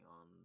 on